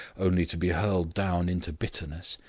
only to be hurled down into bitterness.